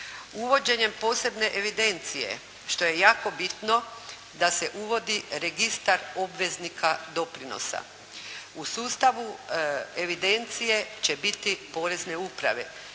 Uvođenjem posebne evidencije što je jako bitno da se uvodi registar obveznika doprinosa. U sustavu evidencije će biti porezne uprave.